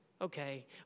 Okay